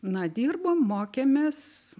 na dirbom mokėmės